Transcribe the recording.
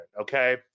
okay